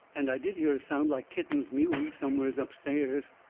and i did hear a sound like kittens mewing, somewheres up stairs.